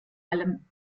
allem